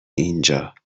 اینجا